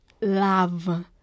love